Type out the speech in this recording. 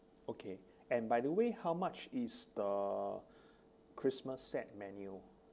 okay and by the way how much is the christmas set menu